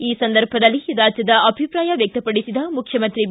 ಈ ಸಂದರ್ಭದಲ್ಲಿ ರಾಜ್ಯದ ಅಭಿಪ್ರಾಯ ವ್ಯಕ್ತಪಡಿಸಿದ ಮುಖ್ಯಮಂತ್ರಿ ಬಿ